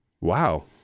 Wow